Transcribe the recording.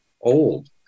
old